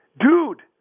Dude